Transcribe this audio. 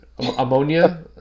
Ammonia